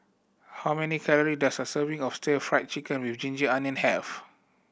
how many calorie does a serving of Stir Fried Chicken with ginger onion have